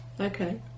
Okay